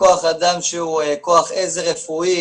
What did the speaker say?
בכוח אדם שהוא כוח עזר רפואי,